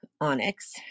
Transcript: onyx